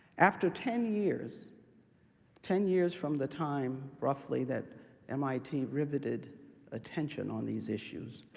after ten years ten years from the time, roughly, that mit riveted attention on these issues,